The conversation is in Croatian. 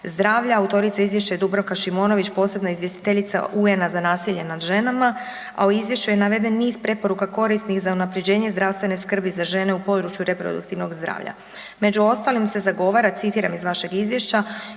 zdravlja. Autorica Izvješća je Dubravka Šimonović, posebna izvjestiteljica UN-a za nasilje nad ženama, a u Izvješću je naveden niz preporuka korisnih za unaprjeđenje zdravstvene skrbi za žene u području reproduktivnog zdravlja. Među ostalim se zagovara, citiram iz vašeg Izvješća,